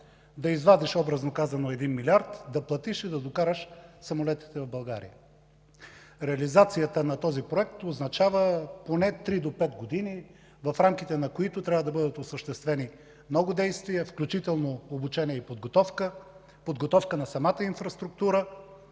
да извадиш, образно казано, 1 милиард, да платиш и да докараш самолетите в България. Реализацията на този проект означава поне от 3 до 5 години, в рамките на които трябва да бъдат осъществени много действия, включително обучение и подготовка, подготовка на самата инфраструктура